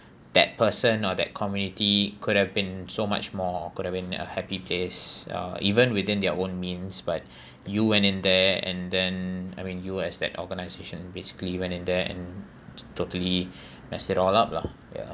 that person or that community could have been so much more could have been a happy place uh even within their own means but you went in there and then I mean you as that organisation basically went in there and totally messed it all up lah ya